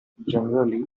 generally